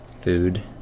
food